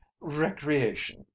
recreation